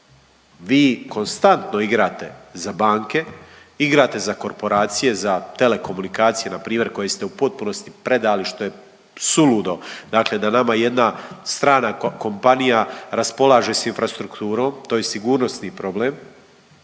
Vi konstantno igrate za banke, igrate za korporacije, za telekomunikacije na primjer koje ste u potpunosti predali što je suludo, dakle da nama jedna strana kompanija raspolaže sa infrastrukturom. To je i sigurnosni problem.